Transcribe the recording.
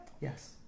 Yes